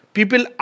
People